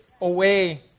away